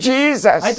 Jesus